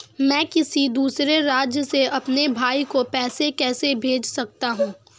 मैं किसी दूसरे राज्य से अपने भाई को पैसे कैसे भेज सकता हूं?